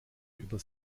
über